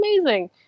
amazing